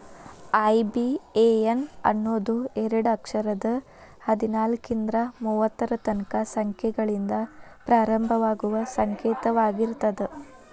IBAN ಅನ್ನೋದು ಎರಡ ಅಕ್ಷರದ್ ಹದ್ನಾಲ್ಕ್ರಿಂದಾ ಮೂವತ್ತರ ತನಕಾ ಸಂಖ್ಯೆಗಳಿಂದ ಪ್ರಾರಂಭವಾಗುವ ಸಂಕೇತವಾಗಿರ್ತದ